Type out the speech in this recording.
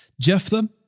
Jephthah